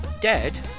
dead